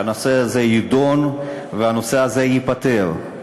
שהנושא הזה יידון והנושא הזה ייפתר.